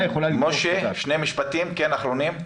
משפטים אחרונים בבקשה.